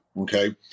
Okay